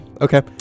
okay